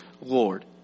Lord